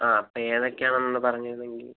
ആ അപ്പം ഏതൊക്കെയാണെന്നൊന്ന് പറഞ്ഞിരുന്നെങ്കിൽ